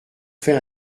fait